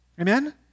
Amen